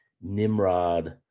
Nimrod